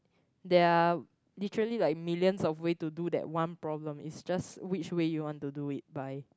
there are literally like millions of way to do that one problem it's just which way you want to do it by